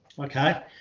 okay